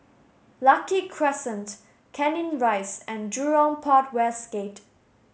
Lucky Crescent Canning Rise and Jurong Port West Gate